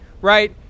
right